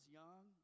young